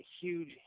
huge